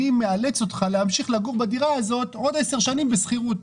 אני מאלץ אותך להמשיך לגור בדירה הזאת עוד 10 שנים בשכירות,